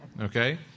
Okay